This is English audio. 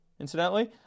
incidentally